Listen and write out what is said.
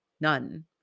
None